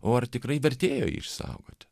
o ar tikrai vertėjo jį išsaugoti